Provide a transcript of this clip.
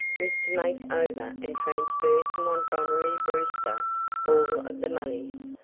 was to make over and transfer to montgomery brewster all of the moneys,